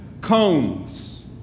cones